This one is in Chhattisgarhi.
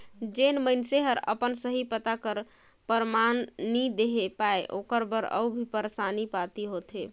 जेन मइनसे हर अपन सही पता कर परमान नी देहे पाए ओकर बर अउ भी परमान पाती होथे